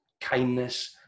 kindness